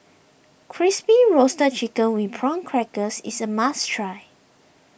Crispy Roasted Chicken with Prawn Crackers is a must try